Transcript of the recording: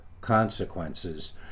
Consequences